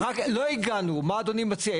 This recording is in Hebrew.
לא הגענו, מה אדוני מציע?